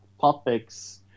topics